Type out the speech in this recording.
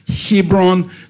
Hebron